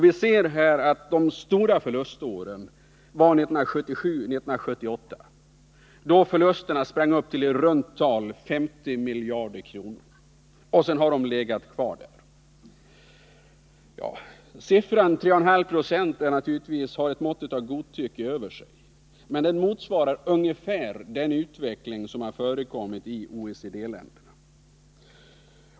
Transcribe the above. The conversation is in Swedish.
Vi ser att de stora förluståren var 1977 och 1978, då förlusterna sprang upp till i runt tal 50 miljarder kronor, och sedan har de legat kvar där. Siffran 3,5 Jo som mått på möjlig produktionsutveckling innehåller givetvis ett moment av godtycke. Den motsvarar dock ungefär den utveckling som förekommit i OECD-länderna.